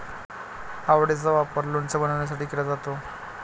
आवळेचा वापर लोणचे बनवण्यासाठी केला जातो